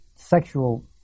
sexual